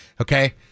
Okay